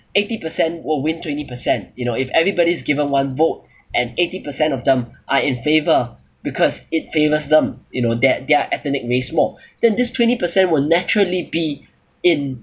eighty percent will win twenty percent you know if everybody's given one vote and eighty percent of them are in favour because it favours them you know that their ethnic race more then this twenty percent will naturally be in